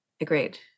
Agreed